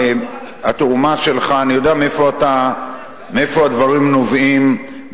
אני יודע מאיפה הדברים נובעים,